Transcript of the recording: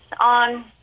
on